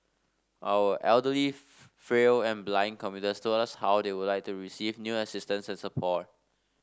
our elderly frail and blind commuters told us how they would like to receive new assistance and support